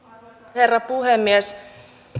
herra puhemies